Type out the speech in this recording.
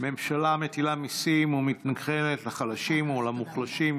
ממשלה המטילה מיסים ומתנכלת לחלשים ולמוחלשים,